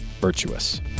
virtuous